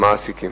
במעסיקים,